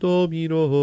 Domino